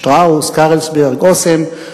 "שטראוס", "קרלסברג", "אסם".